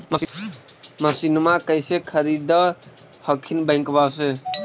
मसिनमा कैसे खरीदे हखिन बैंकबा से?